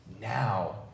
Now